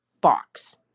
box